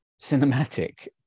cinematic